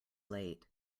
late